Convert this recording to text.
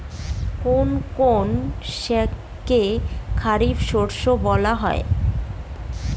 কোন কোন শস্যকে খারিফ শস্য বলা হয়?